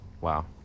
Wow